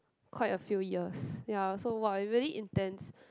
quite a few years ya so !wah! it's very intense